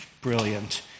Brilliant